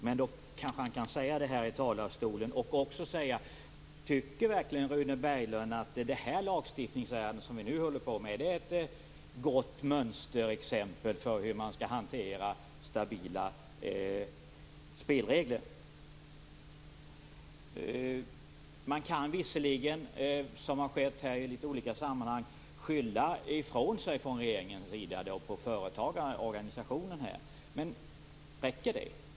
Men då kanske han kan säga det här i talarstolen, och också svara på detta: Tycker verkligen Rune Berglund att det lagstiftningsärende som vi nu håller på med är ett gott exempel på hur man skall hantera stabila spelregler? Man kan visserligen, som har skett här i litet olika sammanhang, skylla ifrån sig från regeringens sida på företagarorganisationen. Men räcker det?